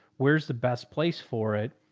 where's the best place for it?